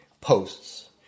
posts